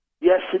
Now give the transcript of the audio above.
Yes